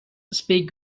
speak